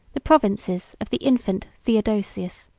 the provinces of the infant theodosius.